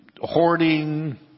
hoarding